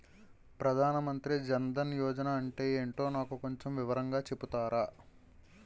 ప్రధాన్ మంత్రి జన్ దన్ యోజన అంటే ఏంటో నాకు కొంచెం వివరంగా చెపుతారా?